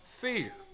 fear